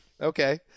Okay